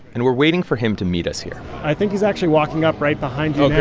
and we're waiting for him to meet us here i think he's actually walking up right behind you